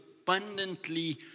abundantly